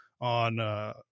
on